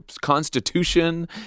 Constitution